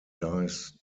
dies